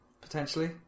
potentially